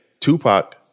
Tupac